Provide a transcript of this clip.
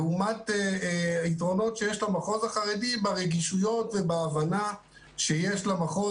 לעומת יתרונות שיש למחוז החרדי ברגישויות ובהבנה שיש למחוז